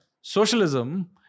socialism